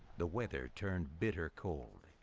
the weather turned bitter cold.